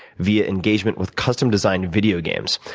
via engagement with custom-designed video games.